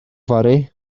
fory